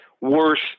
worse